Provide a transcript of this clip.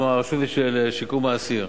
כמו הרשות לשירות האסיר,